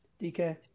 DK